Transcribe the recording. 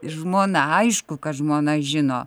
žmona aišku kad žmona žino